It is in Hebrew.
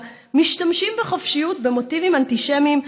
משתמשים בחופשיות במוטיבים אנטישמיים.